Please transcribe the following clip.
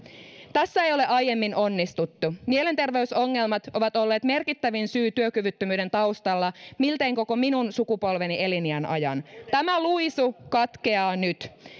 tässä ei ole aiemmin onnistuttu mielenterveysongelmat ovat olleet merkittävin syy työkyvyttömyyden taustalla miltei koko minun sukupolveni eliniän ajan tämä luisu katkeaa nyt